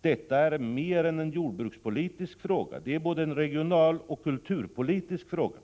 Detta är mer än en jordbrukspolitisk fråga. Det är både en regionaloch en kulturpolitisk fråga.